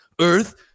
Earth